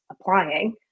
applying